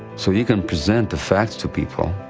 so, you can present the facts to people,